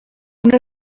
una